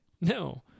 no